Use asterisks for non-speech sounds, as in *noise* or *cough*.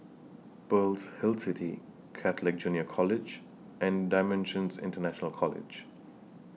Pearl's Hill City Catholic *noise* Junior College and DImensions International College